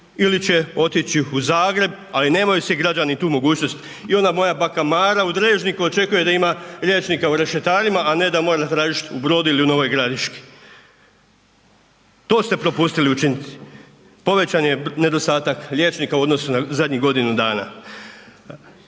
ili će otići u Zagreb. Ali nemaju svi građani tu mogućnost. I onda moja baka Mara Drežniku očekuje da ima liječnika u Rešetarima a ne da mora tražiti u Brodu ili u Novoj Gradiški. To ste propustili učiniti. Povećan je nedostatak liječnika u odnosu na zadnjih godinu dana.